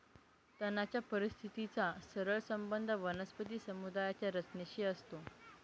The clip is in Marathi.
तणाच्या परिस्थितीचा सरळ संबंध वनस्पती समुदायाच्या रचनेशी असतो